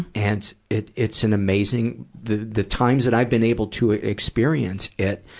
and, it, it's an amazing the, the times that i've been able to experience it,